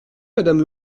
madame